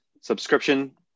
subscription